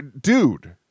Dude